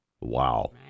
wow